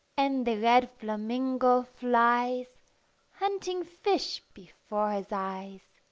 and the red flamingo flies hunting fish before his eyes